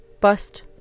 Bust